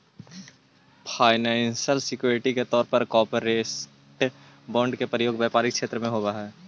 financial security के तौर पर कॉरपोरेट बॉन्ड के प्रयोग व्यापारिक क्षेत्र में होवऽ हई